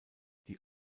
die